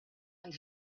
and